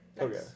Okay